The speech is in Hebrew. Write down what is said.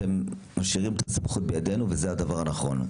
אתם משאירים את הסמכות בידינו וזה הדבר הנכון.